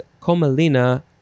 Comelina